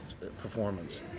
performance